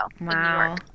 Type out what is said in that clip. wow